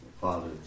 Father